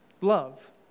love